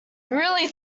really